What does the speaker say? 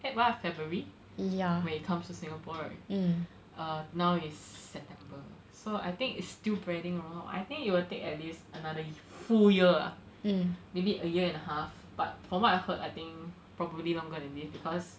at what february ah when it comes to singapore right err now is september so I think it's still spreading around I think it will take at least another full year ah maybe a year and a half but from what I heard I think probably longer than this because